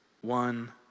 one